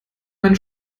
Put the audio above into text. mein